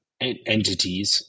entities